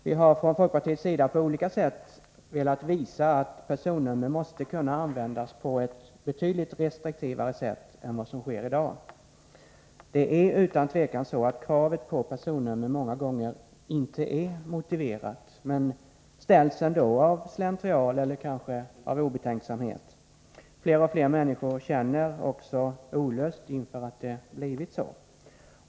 Vi har från folkpartiets sida på olika sätt velat visa att personnummer måste kunna användas på ett betydligt restriktivare sätt än vad som i dag sker. Utan tvivel är kravet på personnummer många gånger inte motiverat, men ställs ändå av slentrian eller kanske obetänksamhet. Fler och fler människor känner också olust inför att det har blivit så.